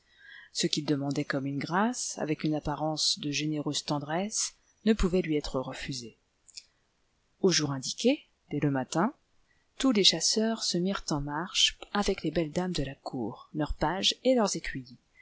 ce qu'il demandait comme une grâce avec une apparence de généreuse tendresse ne pouvait lui être refusé au jour indiqué dès le matin tous les chasseurs se mirent en marche avec les belles dames de la cour leurs pages et leurs